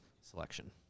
selection